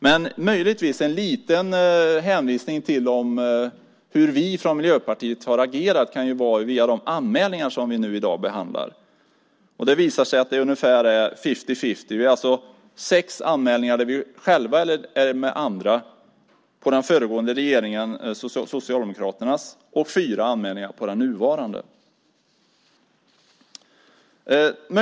Men en liten hänvisning till hur vi i Miljöpartiet har agerat kan möjligtvis de anmälningar som vi dag behandlar vara. De är ungefär fifty-fifty. Vi har själva eller tillsammans med andra sex anmälningar mot den föregående socialdemokratiska regeringen och fyra anmälningar mot den nuvarande.